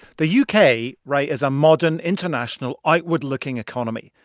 the u k. right? is a modern, international, outward-looking economy.